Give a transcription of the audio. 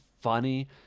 funny